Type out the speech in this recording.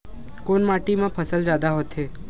कोन माटी मा फसल जादा होथे?